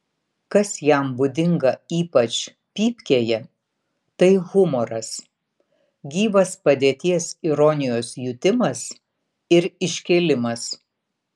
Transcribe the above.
kas jam būdinga ypač pypkėje tai humoras gyvas padėties ironijos jutimas ir iškėlimas